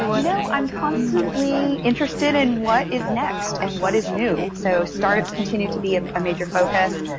you know i'm constantly interested in what is next and what is new. so startups continue to be a major focus.